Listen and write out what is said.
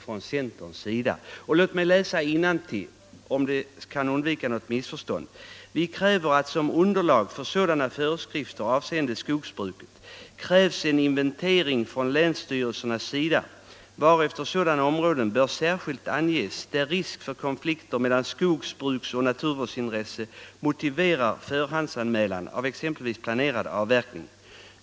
Låt mig läsa innantill ur reservationen 10, om det kan bidra till att undan 183 röja några missförstånd: ”Som underlag för sådana föreskrifter avseende skogsbruket krävs en inventering från länsstyrelsernas sida varefter sådana områden bör särskilt anges, där risk för konflikter mellan skogsbruksoch naturvårdsintressen motiverar förhandsanmälan av exempelvis planerad avverkning.